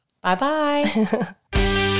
Bye-bye